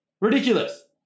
Ridiculous